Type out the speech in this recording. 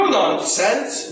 nonsense